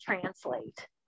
Translate